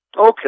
Okay